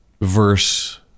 verse